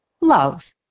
love